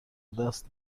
دست